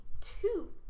two